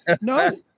no